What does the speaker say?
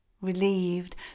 relieved